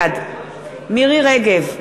בעד מירי רגב,